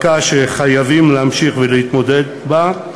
מכה שחייבים להמשיך ולהתמודד אתה,